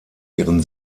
ihren